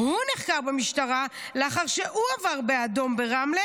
הוא נחקר במשטרה לאחר שהוא עבר באדום ברמלה